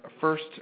first